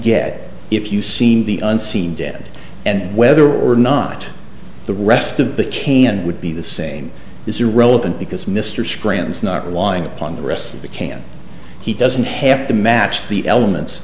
get if you seen the unseen dead and whether or not the rest of the chain and would be the same is irrelevant because mr strands not relying upon the rest of the can he doesn't have to match the elements